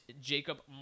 jacob